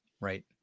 right